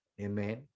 Amen